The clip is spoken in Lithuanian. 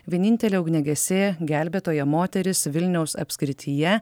vienintelė ugniagesė gelbėtoja moteris vilniaus apskrityje